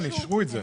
אישרו את זה.